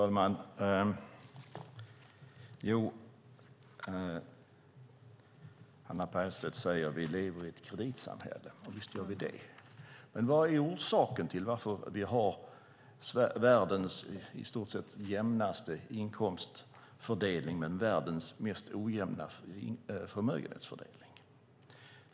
Fru talman! Hannah Bergstedt säger att vi lever i ett kreditsamhälle. Visst gör vi det. Vad är orsaken till att vi har världens jämnaste inkomstfördelning men världens mest ojämna förmögenhetsfördelning?